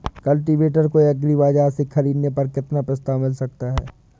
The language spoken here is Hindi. कल्टीवेटर को एग्री बाजार से ख़रीदने पर कितना प्रस्ताव मिल सकता है?